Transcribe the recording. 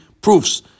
proofs